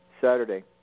Saturday